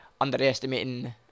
underestimating